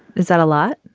is that a lot?